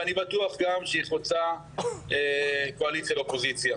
ואני בטוח גם שהיא חוצה קואליציה ואופוזיציה.